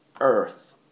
earth